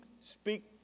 speak